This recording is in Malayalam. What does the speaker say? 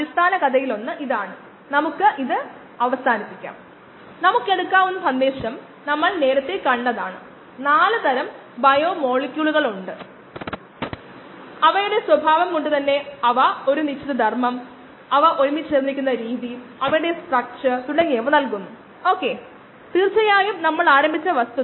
പിന്നെ നമ്മൾ തത്ത്വങ്ങൾ പരിശോധിച്ചു OD അളക്കൽ പായ്ക്ക്ഡ് സെൽ വോളിയം അളക്കൽ കോശങ്ങളുടെ ഉള്ളടക്കങ്ങൾ അളക്കുന്ന രീതി എന്നിങ്ങനെയുള്ള മൊത്തം കോശങ്ങളുടെ അളക്കുന്നതിനുള്ള രീതികൾ നമ്മൾ പരിശോധിച്ചു